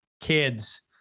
kids